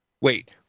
Wait